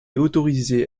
autorisée